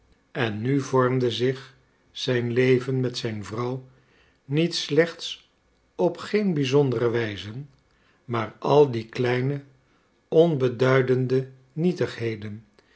en nu vormde zich zijn leven met zijn vrouw niet slechts op geen bizondere wijze maar al die kleine onbeduidende nietigheden